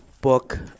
book